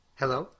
hello